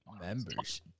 Members